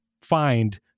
find